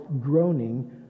groaning